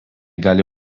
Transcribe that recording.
gali